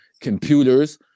computers